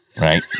Right